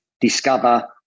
discover